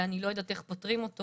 ואני לא יודעת איך פותרים אותו.